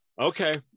okay